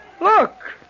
Look